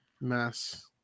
Mass